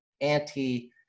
anti